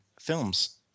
films